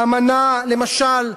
האמנה, למשל,